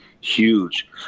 huge